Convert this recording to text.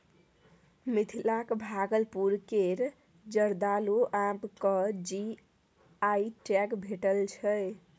मिथिलाक भागलपुर केर जर्दालु आम केँ जी.आई टैग भेटल छै